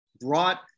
brought